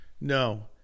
No